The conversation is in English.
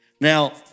Now